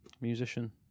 musician